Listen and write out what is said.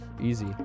Easy